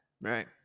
Right